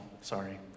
Sorry